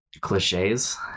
cliches